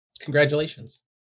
Congratulations